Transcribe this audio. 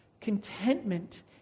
contentment